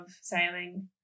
sailing